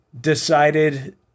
decided